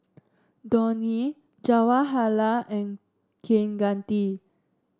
Dhoni Jawaharlal and Kaneganti